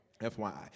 FYI